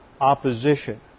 opposition